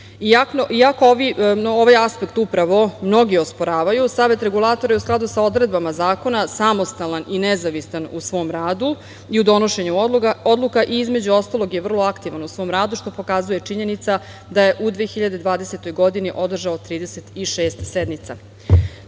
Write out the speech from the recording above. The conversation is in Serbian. Iako ovaj aspekt upravo mnogi osporavaju, Savet Regulatora je, u skladu sa odredbama zakona, samostalan i nezavistan u svom radu i u donošenju odluka i između ostalog je vrlo aktivan u svom radu, što pokazuje činjenica da je u 2020. godini održao 36 sednica. Pre